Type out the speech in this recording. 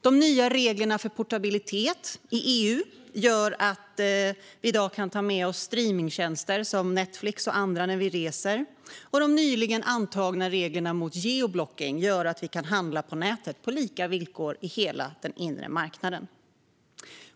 De nya reglerna för portabilitet i EU gör att vi i dag kan ta med oss streamingtjänster som Netflix och andra när vi reser. De nyligen antagna reglerna mot geoblockering gör att vi kan handla på nätet på lika villkor på hela den inre marknaden.